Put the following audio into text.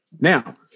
Now